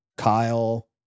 Kyle